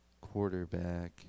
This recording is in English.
quarterback